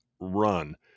run